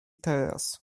teraz